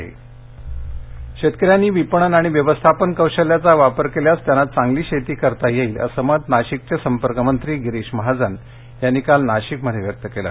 नाशिक शेतकऱ्यांनी विपणन आणि व्यवस्थापन कौशल्याचा वापर केल्यास त्यांना चांगली शेती करता येईल असं मत नाशिकचे संपर्क मंत्री गिरीश महाजन यांनी काल नाशिकमध्ये व्यक्त केलं